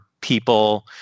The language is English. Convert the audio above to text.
people